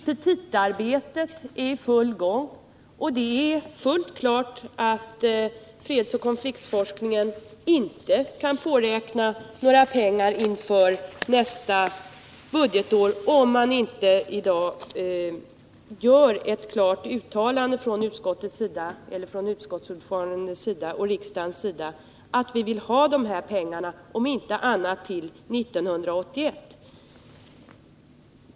Petitaarbetet är i full gång, och det är helt klart att fredsoch konfliktforskningen inte kan påräkna några pengar inför nästa budgetår, ifall man från utskottsordförandens och riksdagens sida inte gör ett klart uttalande att de vill ha de här pengarna, om inte annat så till 1981.